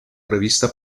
revista